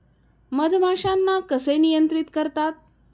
मधमाश्यांना कसे नियंत्रित करतात?